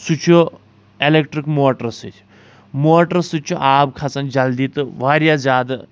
سُہ چھُ الیٚکٹرک موٹرٕ سۭتۍ موٹرٕ سۭتۍ چھُ آب کھسان جلدی تہٕ واریاہ زیادٕ